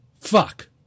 Fuck